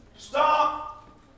Stop